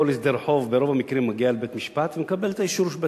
כל הסדר חוב ברוב המקרים מגיע לבית-המשפט ומקבל את האישור של בית-משפט.